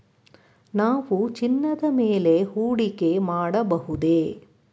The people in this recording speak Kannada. ನಾವು ಚಿನ್ನದ ಮೇಲೆ ಹೂಡಿಕೆ ಮಾಡಬಹುದೇ?